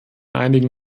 einigen